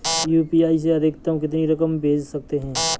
UPI से अधिकतम कितनी रकम भेज सकते हैं?